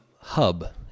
hub